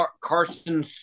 Carson